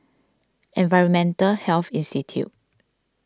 Environmental Health Institute